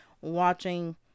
watching